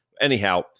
Anyhow